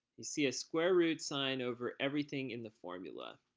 you see a square root sign over everything in the formula.